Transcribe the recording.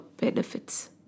benefits